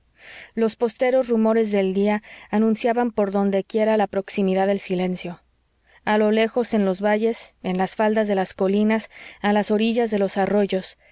los postreros rumores del día anunciaban por dondequiera la proximidad del silencio a lo lejos en los valles en las faldas de las colinas a las orillas de los arroyos